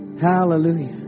hallelujah